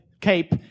cape